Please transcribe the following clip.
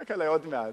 יצעק עלי עוד מעט.